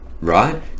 right